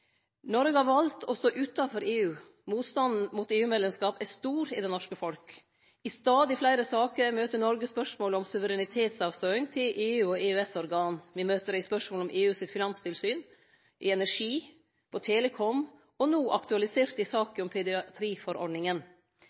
Noreg har valt å stå utanfor EU. Motstanden mot EU-medlemskap er stor i det norske folket. I stadig fleire saker møter Noreg spørsmålet om suverenitetsavståing til EU- og EØS-organ. Me møter det i spørsmålet om EU sitt finanstilsyn, energi, telecom, og no aktualisert i saka om